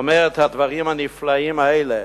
אומר את הדברים הנפלאים האלה.